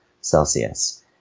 celsius